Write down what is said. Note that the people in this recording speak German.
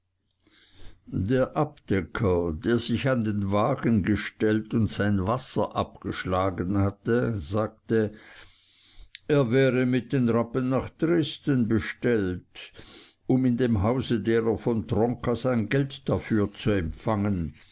der abdecker der sich an den wagen gestellt und sein wasser abgeschlagen hatte sagte er wäre mit den rappen nach dresden bestellt um in dem hause derer von tronka sein geld dafür zu empfangen